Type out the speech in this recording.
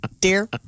dear